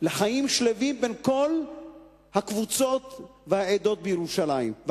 לחיים שלווים בין כל הקבוצות והעדות בירושלים.